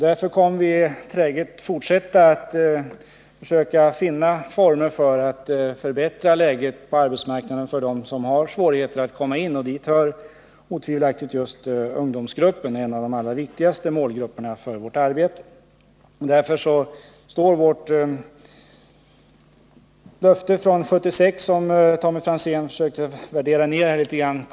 Därför kommer vi att träget fortsätta att försöka finna former för att förbättra läget på Nr 21 arbetsmarknaden för dem som har svårigheter att komma in på den. Dit hör Måndagen den otvivelaktigt just ungdomsgruppen, som är en av de allra viktigaste 5 november 1979 målgrupperna för vårt arbete. Och därför kvarstår vårt löfte från 1976, som : Tommy Franzén försökte nedvärdera litet.